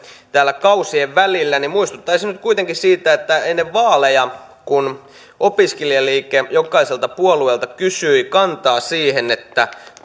täällä kausien välillä niin muistuttaisin nyt kuitenkin siitä että ennen vaaleja opiskelijaliike jokaiselta puolueelta kysyi kantaa siihen